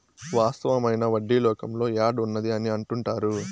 వాస్తవమైన వడ్డీ లోకంలో యాడ్ ఉన్నది అని అంటుంటారు